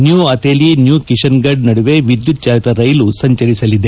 new Ateli New Kishangarh ನದುವೆ ವಿದ್ಯುತ್ ಚಾಲಿತ ರೈಲು ಸಂಚರಿಸಲಿದೆ